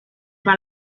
par